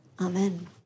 Amen